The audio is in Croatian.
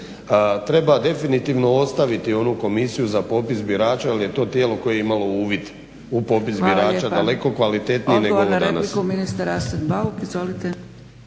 Treba definitivno ostaviti onu komisiju za popis birača jer je to tijelo koje je imalo uvid u popis birača daleko kvalitetniji nego ovo danas.